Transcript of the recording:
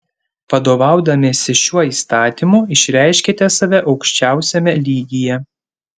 vadovaudamiesi šiuo įstatymu išreiškiate save aukščiausiame lygyje